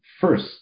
first